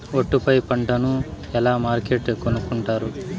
ఒట్టు పై పంటను ఎలా మార్కెట్ కొనుక్కొంటారు?